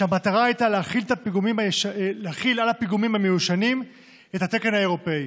והמטרה הייתה להחיל על הפיגומים המיושנים את התקן האירופי.